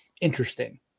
interesting